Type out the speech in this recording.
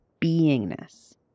beingness